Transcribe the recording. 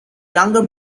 younger